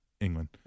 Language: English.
England